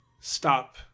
Stop